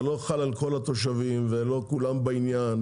זה לא חל על כל התושבים ולא כולם בעניין.